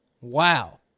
Wow